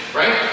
right